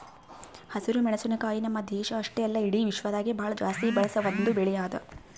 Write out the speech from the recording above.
ಹಸಿರು ಮೆಣಸಿನಕಾಯಿ ನಮ್ಮ್ ದೇಶ ಅಷ್ಟೆ ಅಲ್ಲಾ ಇಡಿ ವಿಶ್ವದಾಗೆ ಭಾಳ ಜಾಸ್ತಿ ಬಳಸ ಒಂದ್ ಬೆಳಿ ಅದಾ